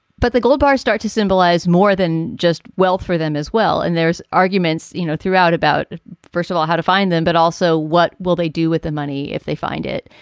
but the gold bar start to symbolize more than just wealth for them as well. and there's arguments, you know, throughout about, first of all, how to find them, but also what will they do with the money if they find it.